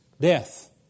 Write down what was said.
death